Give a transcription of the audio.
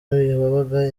wabaga